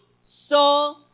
soul